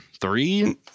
three